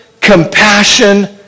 compassion